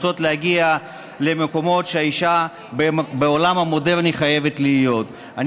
רוצות להגיע למקומות שהאישה בעולם המודרני חייבת להיות בהם.